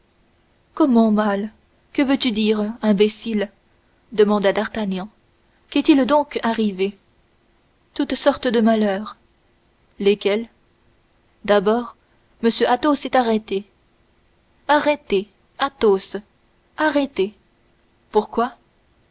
comment mal que veux-tu dire imbécile demanda d'artagnan qu'est-il donc arrivé toutes sortes de malheurs lesquels d'abord m athos est arrêté arrêté athos arrêté pourquoi